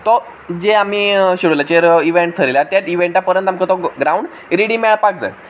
तो जे आमी शेड्युलाचेर इव्हेंट ठरयल्यात ते इव्हेंटा पऱ्यांत आमकां तो ग्रावंड रेडी मेळपाक जाय